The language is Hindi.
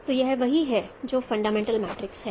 तो यह वही है जो फंडामेंटल मैट्रिक्स है